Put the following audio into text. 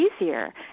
easier